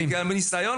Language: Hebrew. גם מניסיון